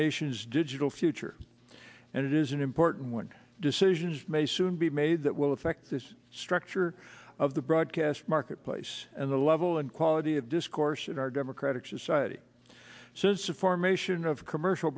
nation's digital future and it is an important one decisions may soon be made that will effect this structure of the broadcast marketplace and the level and quality of discourse in our democratic society since the formation of commercial